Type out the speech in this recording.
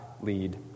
lead